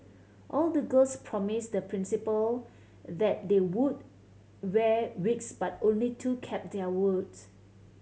all the girls promised the Principal that they would wear wigs but only two kept their words